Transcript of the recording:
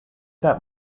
that